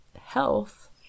health